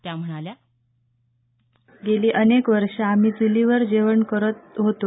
त्या म्हणाल्या गेली अनेक वर्षे आम्ही चूलीवर जेवण करत होतो